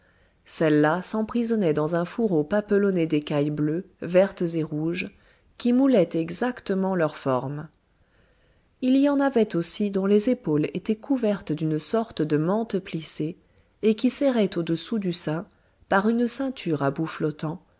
celles-là s'emprisonnaient dans un fourreau papelonné d'écailles bleues vertes et rouges qui moulaient exactement leurs formes il y en avait aussi dont les épaules étaient couvertes d'une sorte de mante plissée et qui serraient au-dessous du sein par une ceinture à bouts flottants